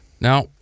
Now